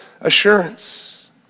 assurance